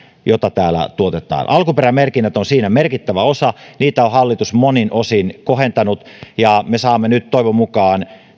jota täällä tuotetaan alkuperämerkinnät ovat siinä merkittävä osa niitä on hallitus monin osin kohentanut ja me saamme nyt toivon mukaan